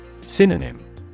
Synonym